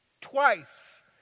twice